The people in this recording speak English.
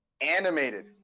Animated